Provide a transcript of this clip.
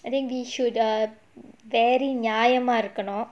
I think we should err very நியாயமா இருக்கனும்:niyayamaa irukkanum